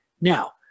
Now